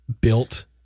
built